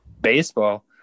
baseball